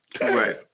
Right